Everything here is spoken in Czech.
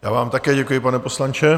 Já vám také děkuji, pane poslanče.